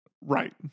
Right